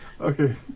Okay